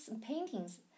paintings